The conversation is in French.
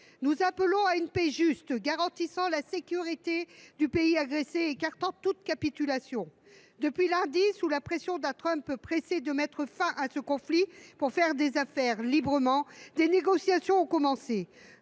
Nous appelons à une paix juste, garantissant la sécurité du pays agressé et écartant toute capitulation. Depuis lundi, sous la pression d’un Trump pressé de mettre fin à ce conflit pour faire des affaires librement, des négociations ont commencé.